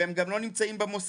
והם גם לא נמצאים במוסדות.